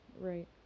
Right